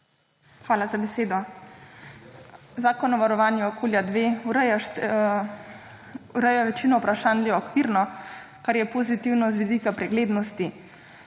Hvala za besedo. Zakon o varovanju okolja 2 ureja večino vprašanj le okvirno, kar je pozitivno z vidika preglednosti,